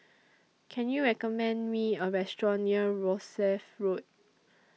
Can YOU recommend Me A Restaurant near Rosyth Road